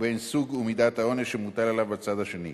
ובין סוג ומידת העונש שמוטל עליו בצד השני.